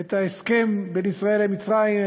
את ההסכם בין ישראל למצרים,